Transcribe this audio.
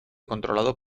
controlado